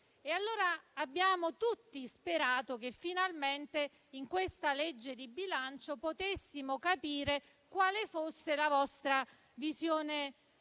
Abbiamo tutti sperato allora che finalmente in questa legge di bilancio potessimo capire quali fossero la vostra visione